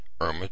Irma